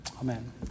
Amen